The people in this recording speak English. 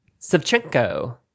Savchenko